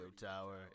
Tower